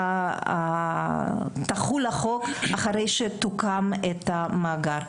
ושהחול יחול אחרי שיוקם המאגר.